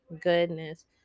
goodness